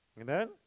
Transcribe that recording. Amen